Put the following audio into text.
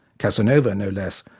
casanova, no less,